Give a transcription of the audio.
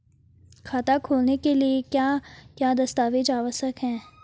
खाता खोलने के लिए क्या क्या दस्तावेज़ आवश्यक हैं?